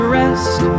rest